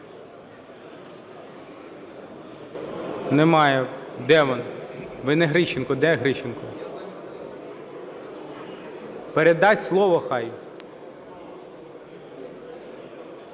Немає. Де? Ви не Грищенко. Де Грищенко? Передасть слово? Хай.